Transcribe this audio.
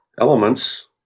elements